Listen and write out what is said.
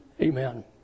Amen